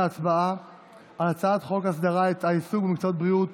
על הצעת חוק הסדרת העיסוק במקצועות הבריאות